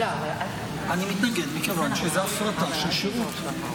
אני מתנגד מכיוון שזו הפרטה של שירות.